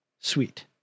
sweet